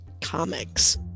comics